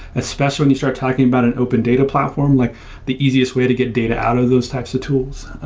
especially when you start talking about an open data platform, like the easiest way to get data out of those types of tools.